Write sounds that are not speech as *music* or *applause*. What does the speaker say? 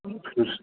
*unintelligible*